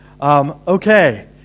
Okay